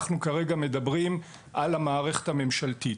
אנחנו כרגע מדברים על המערכת הממשלתית.